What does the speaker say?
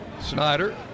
Snyder